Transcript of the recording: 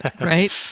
Right